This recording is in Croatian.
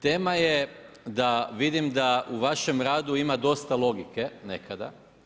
Tema je da vidim da u vašem radu ima dosta logike nekada.